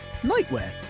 nightwear